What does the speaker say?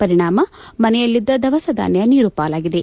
ಪಲಿಣಾಮ ಮನೆಯಲ್ಲದ್ದ ದವಸ ಧಾನ್ಯ ನೀರು ಪಾಲಾಗಿದೆ